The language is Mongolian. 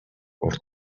урт